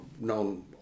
known